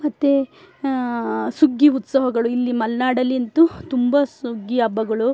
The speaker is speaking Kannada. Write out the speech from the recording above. ಮತ್ತೆ ಸುಗ್ಗಿ ಉತ್ಸವಗಳು ಇಲ್ಲಿ ಮಲೆನಾಡಿನಲ್ಲಂತೂ ತುಂಬ ಸುಗ್ಗಿ ಹಬ್ಬಗಳು